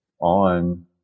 on